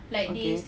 okay